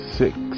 six